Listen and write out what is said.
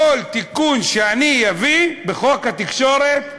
כל תיקון שאני אביא בחוק התקשורת,